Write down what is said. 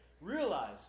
Realize